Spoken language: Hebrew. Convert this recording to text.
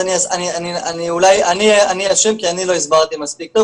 אני אשם כי אני לא הסברתי מספיק טוב,